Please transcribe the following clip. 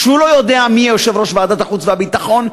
כשהוא לא יודע מי יהיה יושב-ראש ועדת החוץ והביטחון,